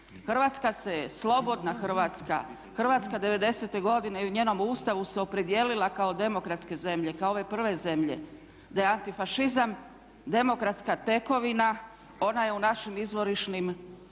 Hrvatska se je, slobodna Hrvatska, Hrvatska 90. godine i u njenom Ustavu se opredijelila kao demokratske zemlje, kao ove prve zemlje. Da je antifašizam demokratska tekovina ona je u našim izvorišnim, u Ustavu